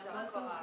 11:00.